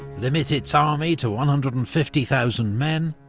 limit its army to one hundred and fifty thousand men,